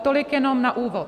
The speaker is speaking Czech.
Tolik jenom na úvod.